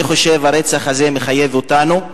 אני חושב שהרצח הזה מחייב אותנו,